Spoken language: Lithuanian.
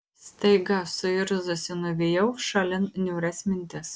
staiga suirzusi nuvijau šalin niūrias mintis